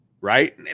right